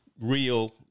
real –